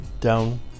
down